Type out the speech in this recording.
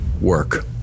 work